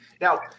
Now